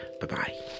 Bye-bye